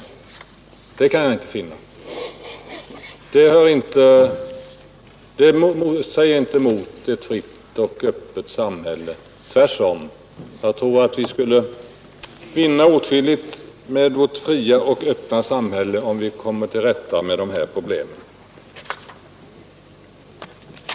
Det står inte i motsättning till ett fritt och öppet samhälle. Tvärtom tror jag att vi skulle få ett friare och öppnare samhälle om vi kunde komma till rätta med de här problemen.